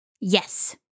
Yes